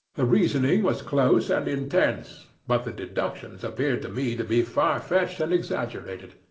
the reasoning was close and intense, but the deductions appeared to me to be far-fetched and exaggerated.